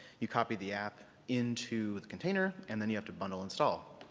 you copy the app into the container, and then you have to bundle install.